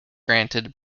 granted